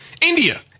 India